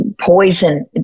poison